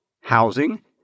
housing